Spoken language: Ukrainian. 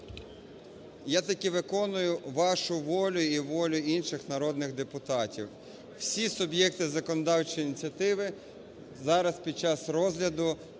я тільки виконую вашу волю і волю інших народних депутатів, всі суб'єкти законодавчої ініціативи зараз під час розгляду